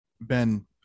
Ben